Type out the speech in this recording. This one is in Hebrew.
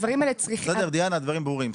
הדברים ברורים.